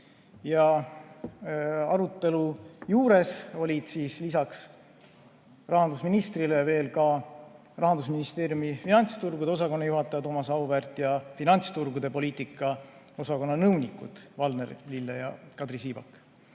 Arutelu juures olid lisaks rahandusministrile ka Rahandusministeeriumi finantsturgude poliitika osakonna juhataja Thomas Auväärt ning finantsturgude poliitika osakonna nõunikud Valner Lille ja Kadri Siibak.